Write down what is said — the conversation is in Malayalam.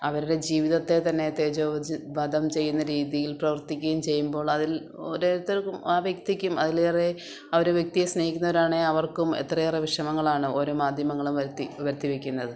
അവരിടെ ജീവിതത്തെ തന്നെ തേജോ വജ് വധം ചെയ്യുന്ന രീതിയിൽ പ്രവർത്തിക്കുവേം ചെയ്യുമ്പോൾ അതിൽ ഓരോരുത്തർക്കും ആ വ്യക്തിക്കും അതിലേറെ ആ ഒരു വ്യക്തിയെ സ്നേഹിക്കുന്നവരാണെങ്കിൽ അവർക്കും എത്രയേറെ വിഷമങ്ങളാണ് ഓരോ മാധ്യമങ്ങളും വരുത്തി വരുത്തി വയ്ക്കുന്നത്